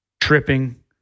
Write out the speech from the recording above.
tripping